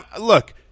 look